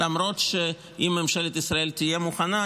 למרות שאם ממשלת ישראל תהיה מוכנה,